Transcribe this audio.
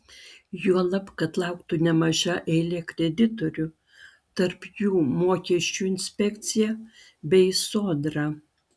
juolab kad lauktų nemaža eilė kreditorių tarp jų mokesčių inspekcija bei sodra